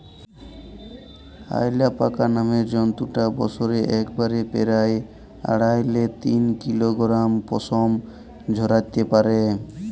অয়ালাপাকা নামের জন্তুটা বসরে একবারে পেরায় আঢ়াই লে তিন কিলগরাম পসম ঝরাত্যে পারে